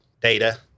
Data